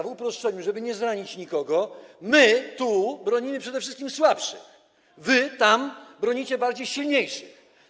W uproszczeniu, żeby nie zranić nikogo, my tu bronimy przede wszystkim słabszych, wy tam bronicie silniejszych.